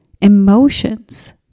emotions